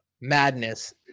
madness